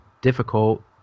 Difficult